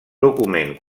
document